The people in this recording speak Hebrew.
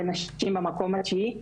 בנשים במקום התשיעי.